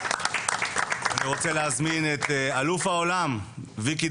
אני רוצה להזמין את אלוף העולם ויקי